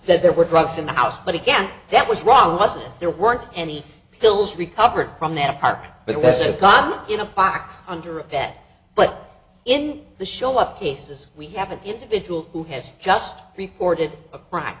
said there were drugs in the house but again that was wrong wasn't there weren't any pills recovered from that apartment but it was a got in a box under a bed but in the show up cases we have an individual who has just reported